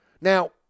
Now